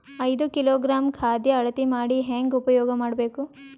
ಐದು ಕಿಲೋಗ್ರಾಂ ಖಾದ್ಯ ಅಳತಿ ಮಾಡಿ ಹೇಂಗ ಉಪಯೋಗ ಮಾಡಬೇಕು?